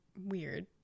weird